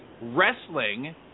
Wrestling